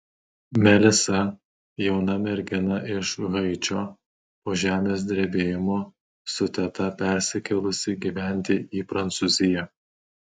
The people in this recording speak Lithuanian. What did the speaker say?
melisa jauna mergina iš haičio po žemės drebėjimo su teta persikėlusi gyventi į prancūziją